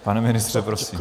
Pane ministře, prosím.